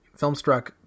Filmstruck